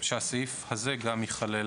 שהסעיף הזה גם ייכלל